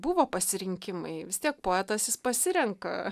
buvo pasirinkimai vis tiek poetas jis pasirenka